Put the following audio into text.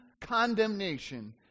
condemnation